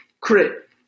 Crit